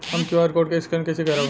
हम QR code scan कइसे करब?